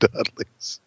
Dudley's